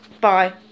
bye